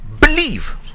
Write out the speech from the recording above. believe